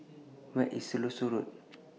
Where IS Siloso Road